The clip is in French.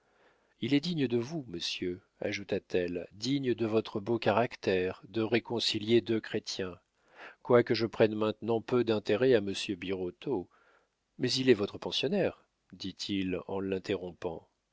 il est digne de vous monsieur ajouta-t-elle digne de votre beau caractère de réconcilier deux chrétiens quoique je prenne maintenant peu d'intérêt à monsieur birotteau mais il est votre pensionnaire dit-il en l'interrompant